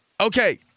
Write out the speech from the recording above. Okay